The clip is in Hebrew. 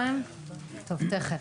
צוהריים טובים.